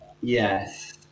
yes